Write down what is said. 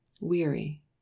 weary